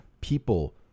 People